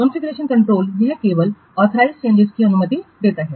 configuration control यह केवल authorise changes की अनुमति देता है